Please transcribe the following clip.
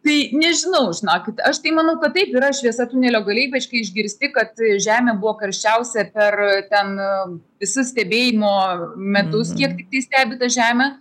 tai nežinau žinokit aš tai manau kad taip yra šviesa tunelio gale ypač kai išgirsti kad žemė buvo karščiausia per ten visus stebėjimo metus kiek stebi tą žemę